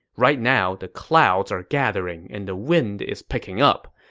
right now the clouds are gathering and the wind is picking up.